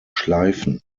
schleifen